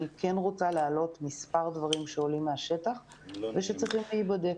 אני כן רוצה להעלות מספר דברים שעולים מהשטח ושצריכים להיבדק.